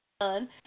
done